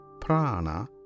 prana